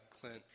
Clint